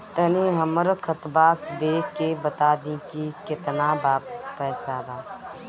तनी हमर खतबा देख के बता दी की केतना पैसा बा?